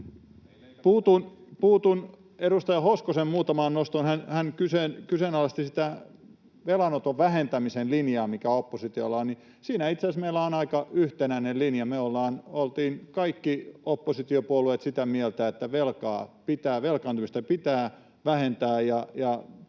Puutun edustaja Hoskosen muutamaan nostoon. Hän kyseenalaisesti sitä velanoton vähentämisen linjaa, mikä oppositiolla on, mutta siinä itse asiassa meillä on aika yhtenäinen linja. Me oltiin kaikki oppositiopuolueet sitä mieltä, että velkaantumista pitää vähentää ja